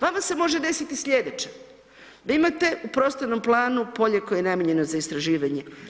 Vama se može desiti sljedeće, da imate u prostornom planu polje koje je namijenjeno za istraživanje.